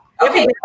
Okay